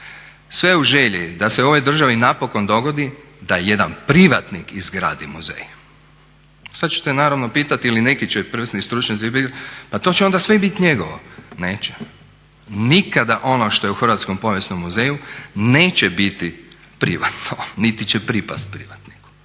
Sve u želji da se ovoj državi napokon dogodi da jedan privatnik izgradi muzej. Sada ćete naravno pitati ili neki će …/Govornik se ne razumije./… stručnjaci pitati pa to će onda sve biti njegovo. Neće. Nikada ono što je u Hrvatskom povijesnom muzeju neće biti privatno niti će pripasti privatniku,